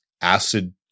acid